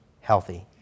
healthy